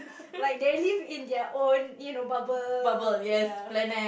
like they live in their own you know bubble